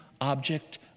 object